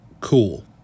cool